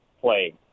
play